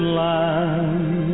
land